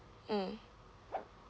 mm